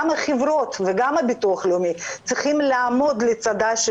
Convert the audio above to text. גם החברות וגם הביטוח הלאומי צריכים לעמוד לצידה של